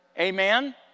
Amen